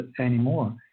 anymore